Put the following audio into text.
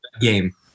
game